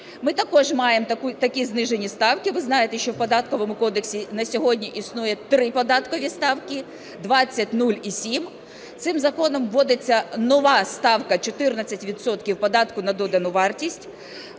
Ми також маємо такі знижені ставки, ви знаєте, що в Податковому кодексі на сьогодні існує три податкові ставки: 20, 0 і 7. Цим законом вводиться нова ставка 14 відсотків податку на додану вартість,